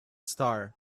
star